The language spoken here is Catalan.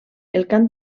cantó